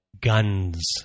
guns